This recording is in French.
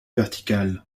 verticale